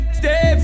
stay